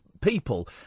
people